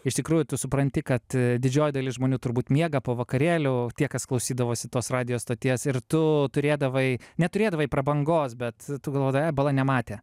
iš tikrųjų tu supranti kad didžioji dalis žmonių turbūt miega po vakarėlių tie kas klausydavosi tos radijo stoties ir tu turėdavai neturėdavai prabangos bet tu galvodavai a bala nematė